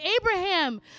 Abraham